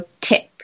tip